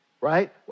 Right